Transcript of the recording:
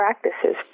practices